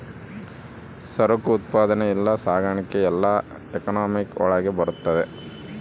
ಸರಕು ಉತ್ಪಾದನೆ ಇಲ್ಲ ಸಾಗಣೆ ಎಲ್ಲ ಎಕನಾಮಿಕ್ ಒಳಗ ಬರ್ತದೆ